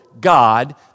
God